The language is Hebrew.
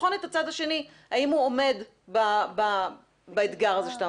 ולבחון את הצד השני האם הוא עומד באתגר הזה.